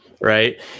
right